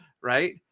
Right